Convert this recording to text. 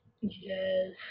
Yes